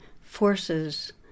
forces